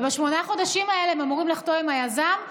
ובשמונת החודשים האלה הם אמורים לחתום עם היזם,